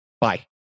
Bye